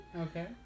Okay